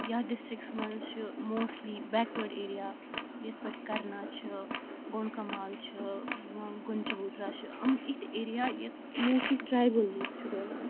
یَتھ ڈِسٹرکَس منٛز چھ موسٹلی بیک وٲڈ ایرِیا یِتھ پٮ۪ٹھ کَرنا چھِ گۄٚنٛڈ کَمال چھِ گۄنٛجہِ گوترا چھ یِم یِتھ ایریا یتھ منٛز ٹَرایبَل لُکھ چھِ روزان